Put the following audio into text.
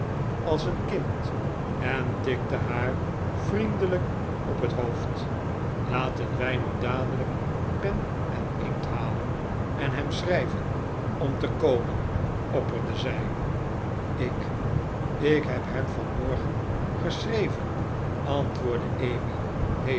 als een kind en tikte haar vriendelijk op het hoofd laten wij nu dadelijk pen en inkt halen en hem schrijven om te komen opperde zij ik ik heb hem vanmorgen geschreven antwoordde emmy